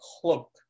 cloak